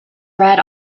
read